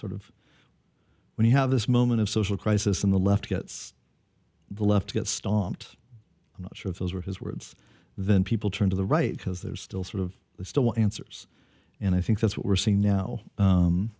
sort of when you have this moment of social crisis in the left gets the left to get stomped i'm not sure those were his words then people turn to the right because they're still sort of still answers and i think that's what we're seeing now